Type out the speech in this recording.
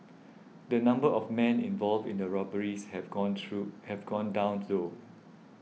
the number of men involved in the robberies have gone true have gone down though